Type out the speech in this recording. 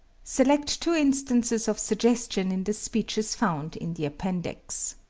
select two instances of suggestion in the speeches found in the appendix.